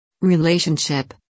Relationship